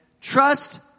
Trust